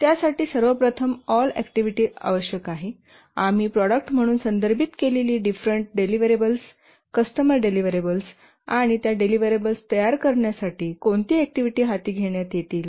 त्यासाठी सर्वप्रथम all activity आवश्यक आहे आम्ही प्रॉडक्ट म्हणून संदर्भित केलेली डिफरेन्ट डेलिव्हरेबल्स कॅस्ट्मर डेलिव्हरेबल्स आणि त्या डेलिव्हरेबल्स तयार करण्यासाठी कोणती ऍक्टिव्हिटी हाती घेण्यात येतील